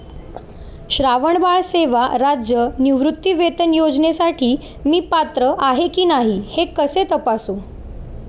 श्रावणबाळ सेवा राज्य निवृत्तीवेतन योजनेसाठी मी पात्र आहे की नाही हे मी कसे तपासू?